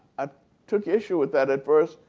i took issue with that at first.